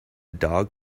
dog